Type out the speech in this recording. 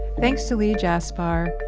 thanks to lee jaspar,